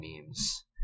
memes